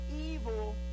evil